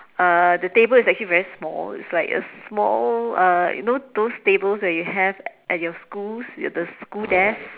uh the table is actually very small it's like a small uh you know those tables that you have at your schools the school desk